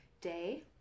day